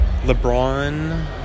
LeBron